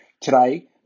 Today